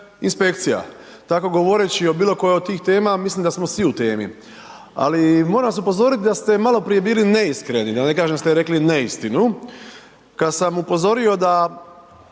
inspekcija. Tako govoreći o bilo kojoj od tih tema, mislim da smo svi u temi. Ali moram vas upozoriti da ste maloprije bili neiskreni, da ne kažem da ste rekli neistinu. Kada sam upozorio, da